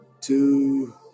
two